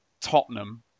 Tottenham